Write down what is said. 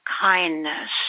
kindness